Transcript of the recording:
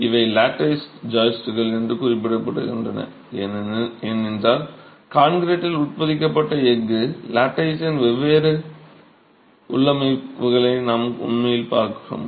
இவை லாட்டைஸ் ஜாயிஸ்ட்கள் என்று குறிப்பிடப்படுகின்றன ஏனென்றால் கான்கிரீட்டில் உட்பொதிக்கப்பட்ட எஃகு லாட்டைஸ்யின் வெவ்வேறு உள்ளமைவுகளை நாம் உண்மையில் பார்க்கிறோம்